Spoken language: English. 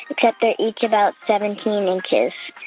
except they're each about seventeen inches.